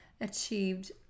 achieved